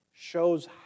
shows